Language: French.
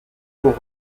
haut